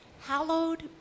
hallowed